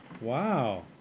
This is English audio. Wow